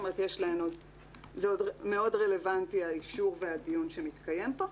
זאת אומרת זה עוד מאוד רלוונטי האישור והדיון שמתקיים פה.